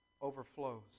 overflows